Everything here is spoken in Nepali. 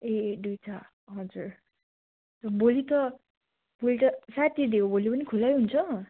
ए दुइटा हजुर भोलि त भोलि त स्याटरडे हो भोलिम पनि खुल्लै हुन्छ